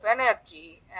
energy